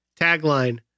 Tagline